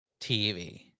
TV